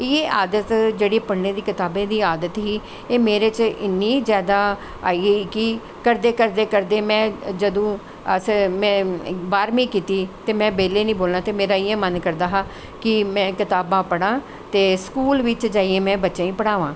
इयैं जेह्ड़ी आदत कताबें गी पढ़नें दी जेह्ड़ी आदत ही एह् मेरे च इन्नी जादा आई गेई कि करदें करदें में जदूं असैं में बाह्रमीं कीती ते में बेह्ले नी बौह्नां ते मेरा इयै मन करदा हा कि में कताबां पढ़ां ते स्कूल बिच्च जाईयै में बच्चोें गी पढ़ामां